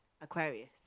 aquarius